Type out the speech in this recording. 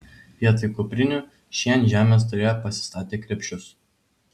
vietoj kuprinių šie ant žemės turėjo pasistatę krepšius